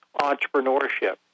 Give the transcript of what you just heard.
entrepreneurship